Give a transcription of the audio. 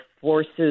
forces